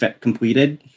completed